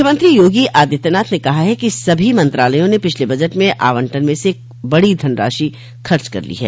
मुख्यमंत्री योगी आदित्यनाथ ने कहा है कि सभी मंत्रालयों ने पिछले बजट में आवंटन में से बडी धनराशि खर्च कर ली है